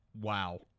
Wow